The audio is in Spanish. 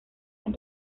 ven